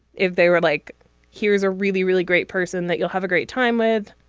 if they were like here's a really really great person that you'll have a great time with